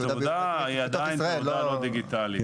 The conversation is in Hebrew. התעודה היא עדיין תעודה לא דיגיטלית.